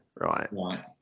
Right